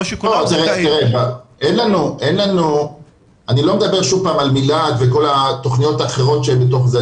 אני לא מדבר על --- וכל התכניות האחרות שבתוך זה,